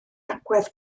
agwedd